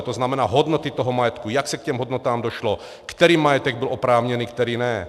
To znamená, hodnoty toho majetku, jak se k těm hodnotám došlo, který majetek byl oprávněný, který ne.